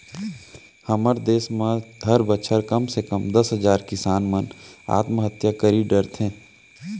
हमर देस म हर बछर कम से कम दस हजार किसान मन आत्महत्या करी डरथे